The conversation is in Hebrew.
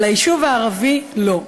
אבל ליישוב הערבי לא.